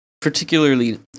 particularly